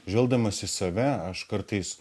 žvelgdamas į save aš kartais